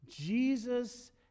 Jesus